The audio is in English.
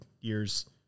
years